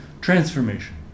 transformation